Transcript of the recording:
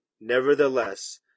Nevertheless